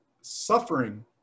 suffering